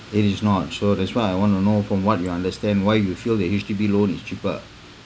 it is not so that's why I want to know from what you understand why you feel that H_D_B loan is cheaper